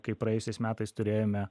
kai praėjusiais metais turėjome